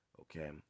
okay